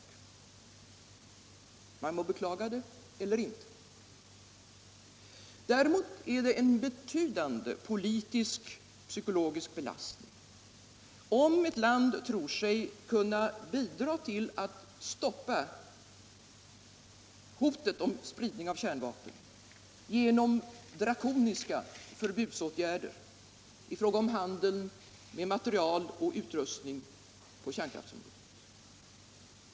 Man må beklaga det eller inte. Däremot är det en betydande politiskt psykologisk belastning om ett land tror sig kunna bidra till att stoppa hotet om spridning av kärnvapen genom drakoniska förbudsåtgärder i fråga om handeln med material och utrustning på kärnkraftsområdet.